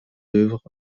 d’œuvre